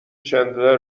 چندلر